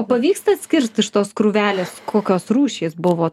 pavyksta atskirt iš tos krūvelės kokios rūšys buvo